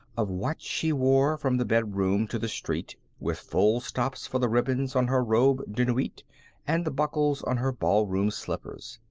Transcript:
of what she wore from the bedroom to the street, with full stops for the ribbons on her robe de nuit, and the buckles on her ballroom slippers.